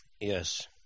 Yes